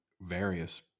various